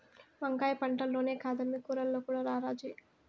వంకాయ పంటల్లోనే కాదమ్మీ కూరల్లో కూడా రారాజే